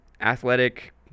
athletic